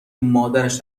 مادرش